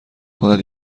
کند